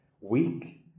weak